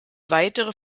weitere